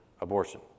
abortion